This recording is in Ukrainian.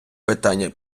питання